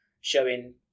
showing